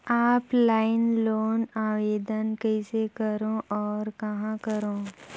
Offline loan आवेदन कइसे करो और कहाँ करो?